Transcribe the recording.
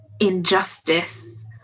injustice